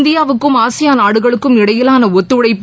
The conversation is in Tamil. இந்தியாவுக்கும் ஆசியான் நாடுகளுக்கும் இடையிலான ஒத்துழைப்பு